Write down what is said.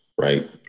right